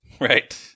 Right